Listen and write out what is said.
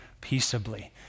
peaceably